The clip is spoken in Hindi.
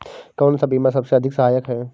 कौन सा बीमा सबसे अधिक सहायक है?